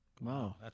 Wow